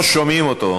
לא שומעים אותו,